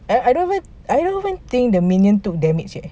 I I don't even think the minion took damage eh